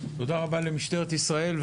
תודה רבה למשטרת ישראל.